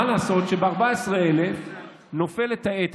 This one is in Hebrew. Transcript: מה לעשות שב-14,000 נופל העט,